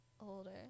older